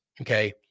Okay